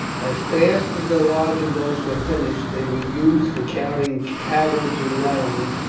as fast as the larger boats were finished they were used for carrying cattle to the islands,